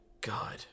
god